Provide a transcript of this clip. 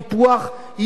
יקראו בו,